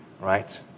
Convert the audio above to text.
right